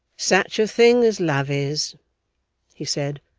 such a thing as love is he said,